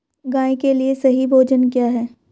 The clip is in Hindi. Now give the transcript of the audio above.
गाय के लिए सही भोजन क्या है?